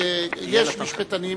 רק יש משפטנים,